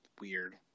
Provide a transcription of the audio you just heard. weird